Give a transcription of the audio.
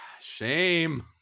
Shame